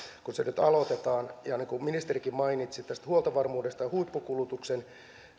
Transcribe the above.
kun se nyt aloitetaan ja siitä mistä ministerikin mainitsi tästä huoltovarmuudesta ja huippukulutuksen